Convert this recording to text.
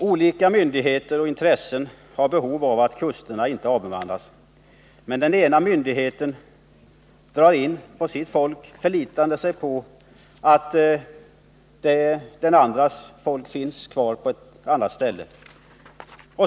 Olika myndigheter och intressen har behov av att kusterna inte avbemannas, men den ena myndigheten drar in på sitt folk, förlitande sig på att den andras folk finns kvar på ett annat ställe.